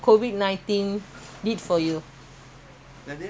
covid nineteen pandemic came how you feel